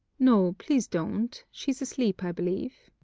no, please don't. she is asleep, i believe.